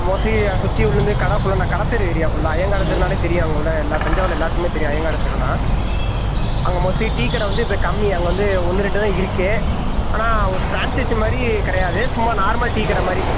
mostly சுற்றி உள்ள வந்து கடை ஃபுல்லா இந்த கடை தெரு ஏரியா ஃபுல்லா ஐயங்கார் தெருனாலே தெரியும் அங்கே உள்ள எல்லா தஞ்சாவூர்ல எல்லாருக்குமே தெரியும் ஐயாங்கார தெருனால் அங்கே மோஸ்ட்லி டீ கடை வந்து வே கம்மி அங்கே வந்து ஒன்று ரெண்டு தான் இருக்கே ஆனால் ஒரு ஃப்ரான்சைஸி மாதிரி கிடையாது சும்மா நார்மல் டீ கடை மாதிரி